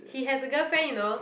he has a girlfriend you know